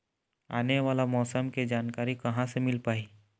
आने वाला मौसम के जानकारी कहां से मिल पाही?